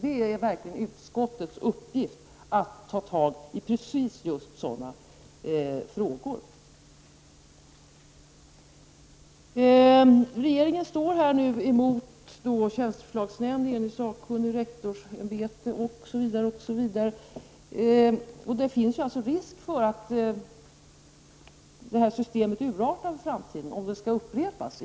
Det är verkligen utskottets uppgift att ta tag i just sådana frågor. Regeringen står här mot en enig tjänsteförslagsnämnd, sakkunniga, rektorsämbete m.fl., och det finns risk för att systemet urartar i framtiden om detta upprepas.